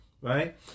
right